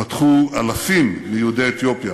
פתחו אלפים מיהודי אתיופיה